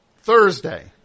Thursday